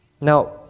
Now